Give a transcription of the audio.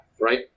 right